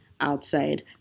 outside